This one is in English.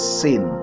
sin